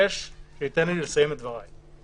תן לי לסיים את דבריי.